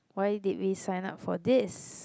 why did we sign up for this